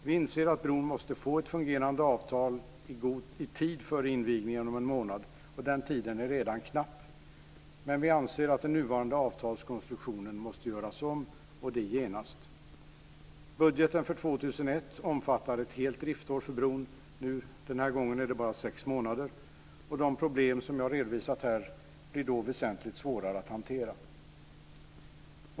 Vi inser att bron måste få ett fungerande avtal i tid före invigningen om en månad. Tiden är redan knapp, men vi anser att den nuvarande avtalskonstruktionen måste göras om - och det genast. Nu är det bara sex månader. De problem som jag har redovisat här blir då väsentligt svårare att hantera.